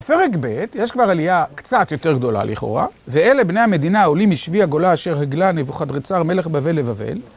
בפרק ב', יש כבר עלייה קצת יותר גדולה לכאורה, ואלה בני המדינה העולים משבי הגולה אשר הגלה נבוכדנצאר מלך בבל לבבל.